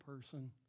person